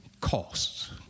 costs